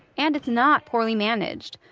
and it's not poorly managed.